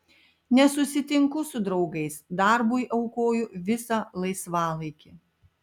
nesusitinku su draugais darbui aukoju visą laisvalaikį